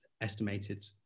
estimated